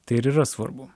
tai ir yra svarbu